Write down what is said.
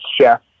chef